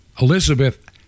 Elizabeth